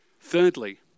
Thirdly